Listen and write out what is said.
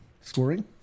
Scoring